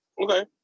Okay